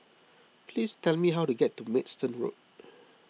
please tell me how to get to Maidstone Road